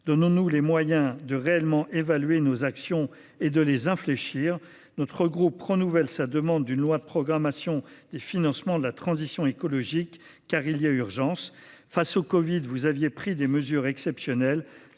Donnons nous les moyens de réellement évaluer nos actions et de les infléchir. Notre groupe renouvelle sa demande d’une loi de programmation des financements de la transition écologique, car il y a urgence. Face au covid, vous aviez pris des mesures exceptionnelles.